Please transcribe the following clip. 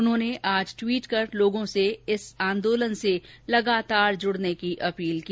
उन्होंने आज ट्वीट कर लोगों से इस आंदोलन से लगातार जुडने की अपील की